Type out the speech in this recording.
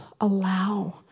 allow